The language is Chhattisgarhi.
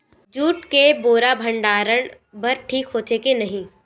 जूट के बोरा भंडारण बर ठीक होथे के नहीं?